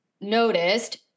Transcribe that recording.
noticed